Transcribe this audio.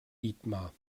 dietmar